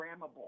programmable